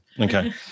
Okay